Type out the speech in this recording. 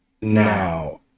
now